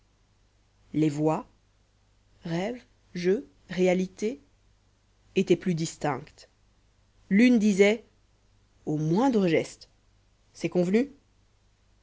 les voix rêve jeu réalité étaient plus distinctes l'une disait au moindre geste c'est convenu